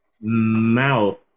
mouth